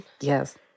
Yes